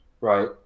Right